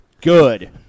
Good